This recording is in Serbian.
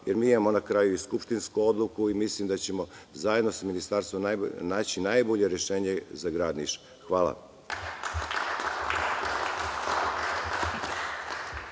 jer mi imamo, na kraju, i skupštinsku odluku i mislim da ćemo zajedno sa Ministarstvom naći najbolje rešenje za Grad Niš. Hvala.